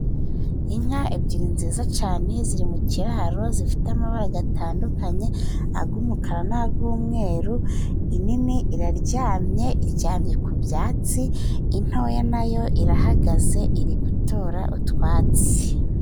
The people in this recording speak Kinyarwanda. Inka ebyiri nziza cane ziri mu kiraro zifite amabara gatandukanye ag'umukara n'ag'umweru, inini iraryamye, iryamye ku byatsi. Intoya nayo irahagaze iri gutora utwatsi.